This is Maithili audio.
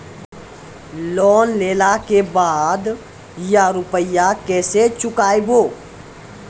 लोन लेला के बाद या रुपिया केसे चुकायाबो?